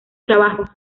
trabajos